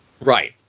Right